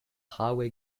highway